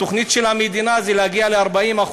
התוכנית של המדינה היא להגיע ל-40%,